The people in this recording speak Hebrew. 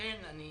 לכן אני